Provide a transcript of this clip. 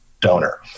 donor